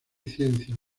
ciencias